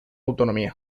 autonomía